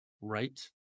Right